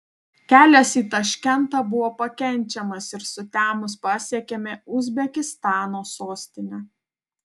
kelias į taškentą buvo pakenčiamas ir sutemus pasiekėme uzbekistano sostinę